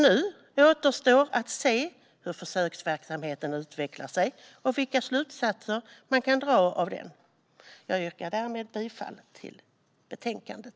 Nu återstår att se hur försöksverksamheten utvecklar sig och vilka slutsatser man kan dra av den. Jag yrkar därmed bifall till utskottets förslag i betänkandet.